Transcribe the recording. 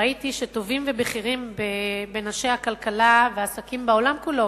ראיתי שטובים ובכירים בין אנשי הכלכלה והעסקים בעולם כולו,